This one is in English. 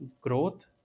growth